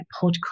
podcast